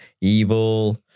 Evil